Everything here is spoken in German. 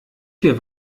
viel